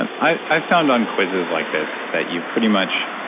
and i i found on quizzes like this that you pretty much,